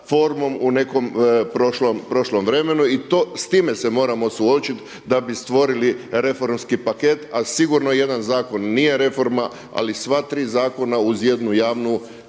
u nekom prošlom vremenu i s time se moramo suočiti da bi stvorili reformski paket, a sigurno jedan zakon nije reforma, ali sva tri zakona uz jednu javnu